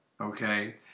okay